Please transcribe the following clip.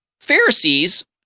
Pharisees